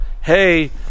hey